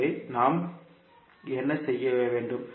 எனவே நாம் என்ன செய்ய வேண்டும்